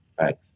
Right